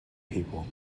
people